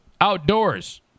outdoors